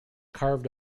carved